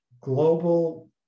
global